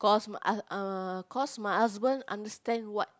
cause m~ uh uh cause my husband understand what